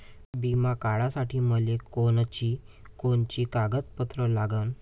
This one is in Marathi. बिमा काढासाठी मले कोनची कोनची कागदपत्र लागन?